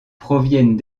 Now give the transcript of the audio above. proviennent